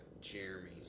Jeremy